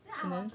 and then